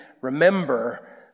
remember